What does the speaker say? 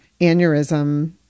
aneurysm